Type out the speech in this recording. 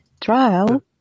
Trial